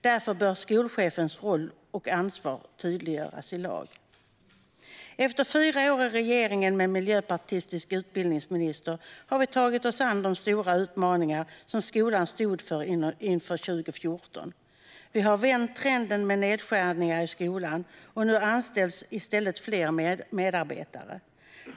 Därför bör skolchefens roll och ansvar tydliggöras i lag. Efter fyra år i regering med en miljöpartistisk utbildningsminister har vi tagit oss an de stora utmaningar som skolan stod inför 2014. Vi har vänt trenden med nedskärningar i skolan, och nu anställs i stället fler medarbetare.